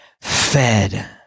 fed